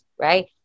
right